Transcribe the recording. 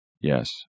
Yes